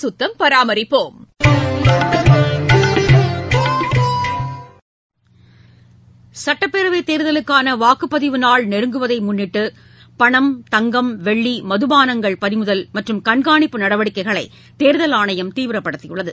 சுட்டப்பேரவைத் தேர்தலுக்கான வாக்குப்பதிவு நாள் நெருங்குவதை முன்னிட்டு பணம் தங்கம் வெள்ளி மதுபாணங்கள் பறிமுதல் மற்றும் கண்காணிப்பு நடவடிக்கைகளை தேர்தல் ஆணையம் மேலும் தீவிரப்படுத்தியுள்ளது